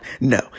No